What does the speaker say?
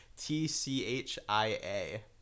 t-c-h-i-a